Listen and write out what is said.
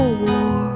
war